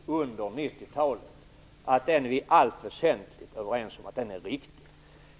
Det är viktigt att vi i allt väsentligt är överens om att den stora utbildningssatsning som har gjorts under 90-talet är riktig.